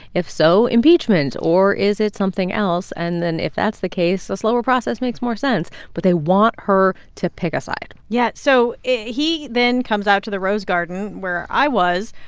if so, impeachment. or is it something else? and then if that's the case, the slower process makes more sense. but they want her to pick a side yeah. so he then comes out to the rose garden, where i was,